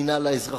המינהל האזרחי,